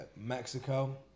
Mexico